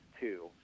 two